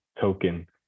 token